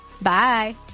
bye